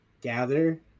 gather